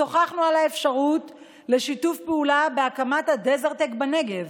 שוחחנו על האפשרות לשיתוף פעולה בהקמת ה-Desert Tech בנגב,